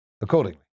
accordingly